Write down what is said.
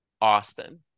Austin